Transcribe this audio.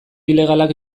ilegalak